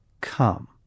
come